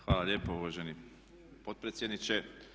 Hvala lijepo uvaženi potpredsjedniče.